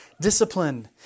discipline